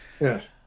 Yes